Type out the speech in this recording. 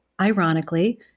ironically